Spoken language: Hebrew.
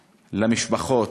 למשפחות.